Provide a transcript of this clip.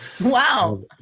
Wow